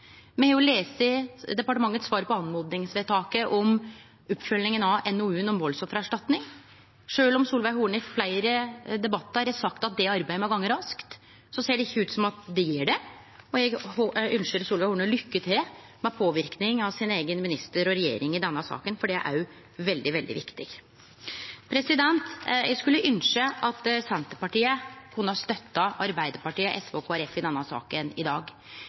Me har jo lese departementets svar på oppmodingsvedtaket om oppfølginga av NOU-en om valdsoffererstatning. Sjølv om Solveig Horne i fleire debattar har sagt at det arbeidet må gå raskt, ser det ikkje ut til at det gjer det. Eg ynskjer Solveig Horne lykke til med å påverke sin eigen minister og si eiga regjering i denne saka, for ho er veldig, veldig viktig. Eg skulle ynskje at Senterpartiet kunne ha støtta Arbeidarpartiet, SV og Kristeleg Folkeparti i denne saka i dag.